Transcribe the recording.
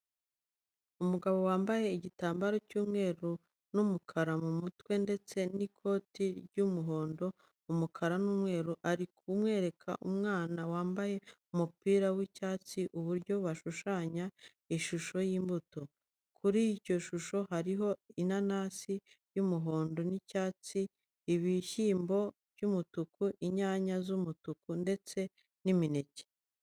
Umugabo wambaye igitambaro cy'umweru n'umukara mu mutwe ndetse n'ikoti ry'umuhondo, umukara n'umweru, ari kwereka umwana wambaye umupira w'icyatsi uburyo bashushanya ishusho y'imbuto. Kuri iyo shusho hariho inanasi y'umuhondo n'icyatsi, ibishyimbo by'umutuku, inyanya z'umutuku ndetse n'imineke.